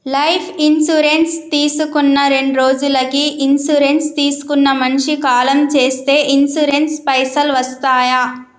Life insurance తీసుకున్న రెండ్రోజులకి insurance తీసుకున్న మనిషి కాలం చేస్తే ఇన్సూరెన్స్ పైసల్ వస్తయా?